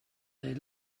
they